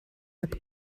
heb